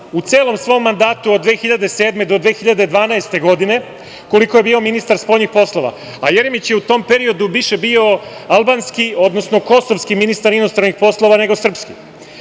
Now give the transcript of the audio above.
u celom svom mandatu od 2007. do 2012. godine, koliko je bio ministara spoljnih poslova. Jeremić je u tom periodu više bio albanski, odnosno kosovski ministar inostranih poslova nego